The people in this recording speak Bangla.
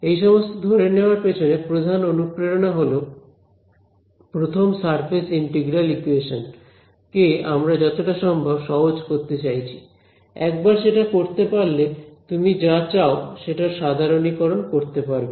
এই সমস্ত ধরে নেওয়ার পেছনে প্রধান অনুপ্রেরণা হলো প্রথম সারফেস ইন্টিগ্রাল ইকুয়েশন কে আমরা যতটা সম্ভব সহজ করতে চাইছি একবার সেটা করতে পারলে তুমি যা চাও সেটার সাধারণীকরণ করতে পারবে